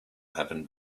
happened